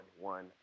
one